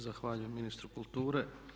Zahvaljujem ministru kulture.